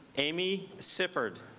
amy sifford